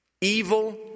Evil